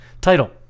Title